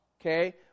Okay